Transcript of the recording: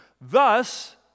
Thus